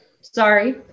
Sorry